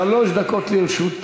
רגע, רגע, אנחנו,